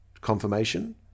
confirmation